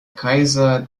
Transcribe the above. kaiser